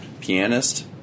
Pianist